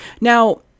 Now